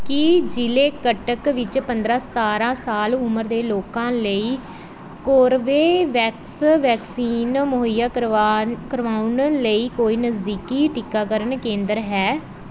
ਕੀ ਜ਼ਿਲ੍ਹੇ ਕਟਕ ਵਿੱਚ ਪੰਦਰ੍ਹਾਂ ਸਤਾਰ੍ਹਾਂ ਸਾਲ ਉਮਰ ਦੇ ਲੋਕਾਂ ਲਈ ਕੋਰਬੇਵੈਕਸ ਵੈਕਸੀਨ ਮੁਹੱਈਆ ਕਰਵਾਣ ਕਰਵਾਉਣ ਲਈ ਕੋਈ ਨਜ਼ਦੀਕੀ ਟੀਕਾਕਰਨ ਕੇਂਦਰ ਹੈ